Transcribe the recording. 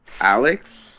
Alex